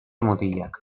mutilak